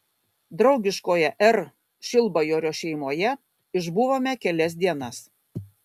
draugiškoje r šilbajorio šeimoje išbuvome kelias dienas